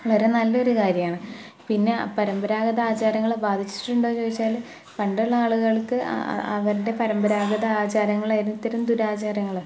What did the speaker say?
വളരെ നല്ല ഒരു കാര്യമാണ് പിന്നെ പരമ്പരാഗത ആചാരങ്ങളെ ബാധിച്ചിട്ടുണ്ടോ എന്നു ചോദിച്ചാൽ പണ്ടുള്ള ആളുകള്ക്ക് അവരുടെ പരമ്പരാഗത ആചാരങ്ങൾ ഒരുത്തരും ദുരാചാരങ്ങളും